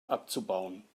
abzubauen